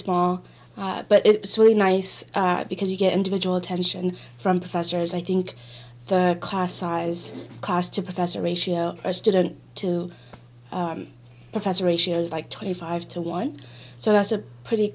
small but it's really nice because you get individual attention from professors i think the class size class to professor ratio or student to professor ratio is like twenty five to one so that's a pretty